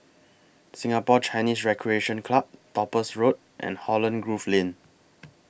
Singapore Chinese Recreation Club Topaz Road and Holland Grove Lane